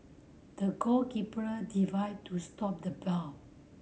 the goalkeeper divide to stop the ball